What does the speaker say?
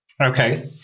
Okay